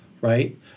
right